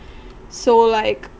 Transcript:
so like